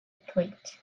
threat